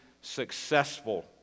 successful